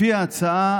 לפי ההצעה